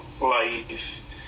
life